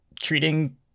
treating